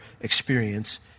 experience